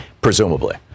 Presumably